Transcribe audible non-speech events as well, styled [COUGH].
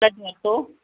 [UNINTELLIGIBLE]